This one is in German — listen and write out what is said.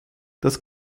das